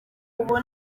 ubu